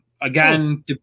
Again